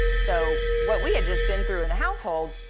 so what we had just been through in the household,